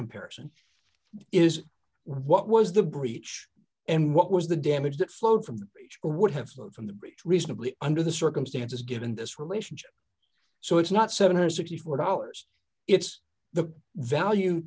comparison is what was the breach and what was the damage that flowed from or would have flowed from the brakes reasonably under the circumstances given this relationship so it's not seven hundred and sixty four dollars it's the value